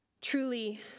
Truly